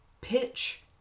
pitch